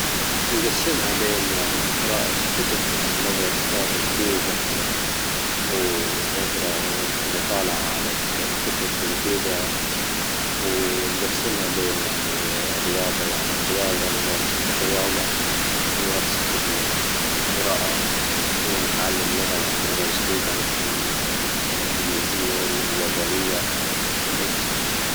نجسمها بين يعني قراءة كتب يعني نجرا كتاب جديد مثلا ونجرا مطالعة على كتب جديدة ونجسمها بين يعني رياضة يعني رياضة ممارسة الرياضة ممارسة القراءة ونتعلم لغة يعني لغة جديدة مثلا الانجليزية ولا اليابانية وهيك